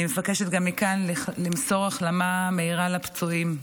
אני מבקשת גם למסור מכאן החלמה מהירה לפצועים.